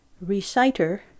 reciter